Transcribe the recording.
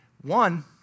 One